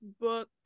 book